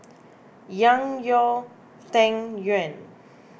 Yang your Tang Yuen